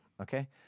Okay